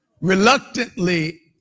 Reluctantly